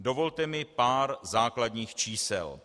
Dovolte mi pár základních čísel.